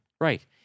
Right